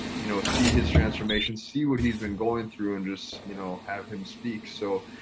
you know see his transformation. see what he's been going through and just, you know, have him speak. so,